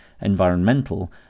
environmental